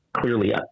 clearly